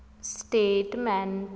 statement